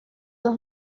dos